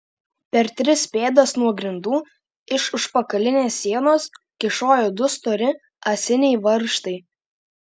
per tris pėdas nuo grindų iš užpakalinės sienos kyšojo du stori ąsiniai varžtai